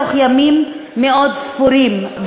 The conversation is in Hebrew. בתוך ימים מאוד ספורים.